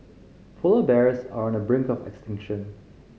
polar bears are on the brink of extinction